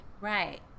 Right